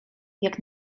jak